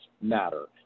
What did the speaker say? matter